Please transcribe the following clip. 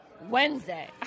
Wednesday